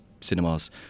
cinemas